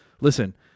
Listen